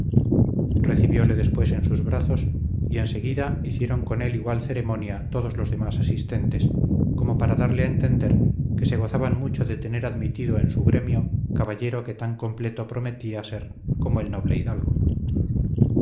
santiago recibióle después en sus brazos y en seguida hicieron con él igual ceremonia todos los demás asistentes como para darle a entender que se gozaban mucho de tener admitido en su gremio caballero que tan completo prometía ser como el noble hidalgo